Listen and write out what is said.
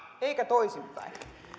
eikä toisinpäin